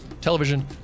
television